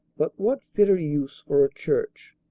but what fitter use for a church?